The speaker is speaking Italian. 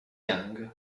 jung